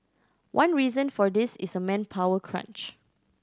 one reason for this is a manpower crunch